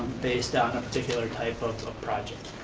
based on a particular type of project.